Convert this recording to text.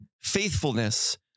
faithfulness